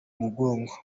mugongo